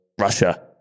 Russia